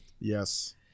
Yes